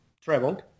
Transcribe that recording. traveled